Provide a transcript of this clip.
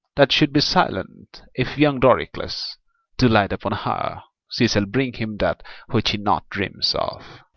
that should be silent if young doricles do light upon her, she shall bring him that which he not dreams of.